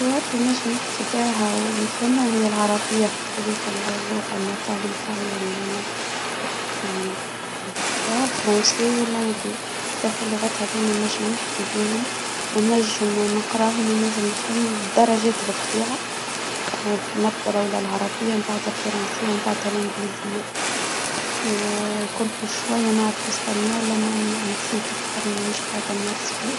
اللغات اللي نجم نحكي بيها ونفهمها هي العربية هاديك اللغة اللى تعلمتها اللغة اللى ولدت بها الفرنسا واللانجلا ثلاثة لغات هذولا نجم نحكي بيهم ونجم ونقراهم ونجم نفهمهم بالدرجات بالطبيه في المرتبة الاولى العربية من بعد الفرنسية ومن بعد الانجليزية. اه كنت من شوية نعرف الاسبانيه والله نسيتها حتى مانيش نمارس فيها.